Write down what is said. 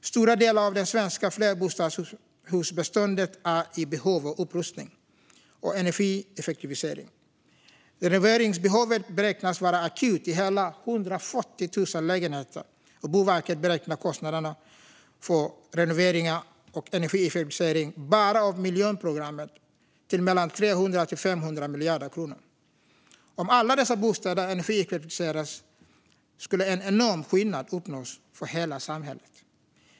Stora delar av det svenska flerbostadshusbeståndet är i behov av upprustning och energieffektivisering. Renoveringsbehovet beräknas vara akut i hela 140 000 lägenheter, och Boverket beräknar kostnaderna för renoveringar och energieffektiviseringar bara av miljonprogrammet till mellan 300 och 500 miljarder kronor. Om alla dessa bostäder energieffektiviserades skulle en enorm skillnad uppnås för hela samhället.